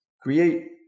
create